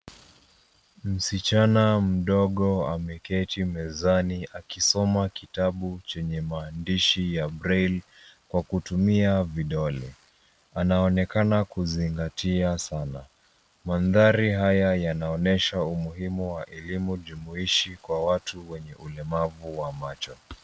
Msichana mdogo ameketi mezani akisoma kitabu ,chenye maandishi ya a braille kwa kutumia vidole. Anaonekana kuzingatia sana. Mandhari haya yanaonyesha umuhimu wa elimu jumuishi kwa watu wenye ulemavu wa macho.